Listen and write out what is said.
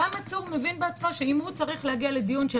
גם עצור מבין שאם הוא צריך להגיע לדיון של